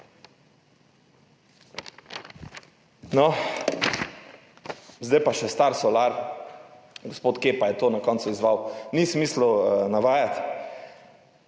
Zdaj pa še Star Solar, gospod Kepa je to na koncu izzval, nisem mislil navajati,